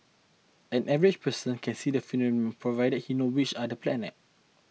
an average person can see the phenom provided he knows which are the planets